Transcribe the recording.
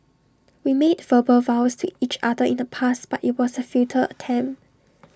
we made verbal vows to each other in the past but IT was A futile attempt